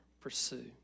pursue